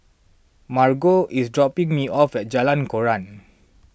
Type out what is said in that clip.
Margot is dropping me off at Jalan Koran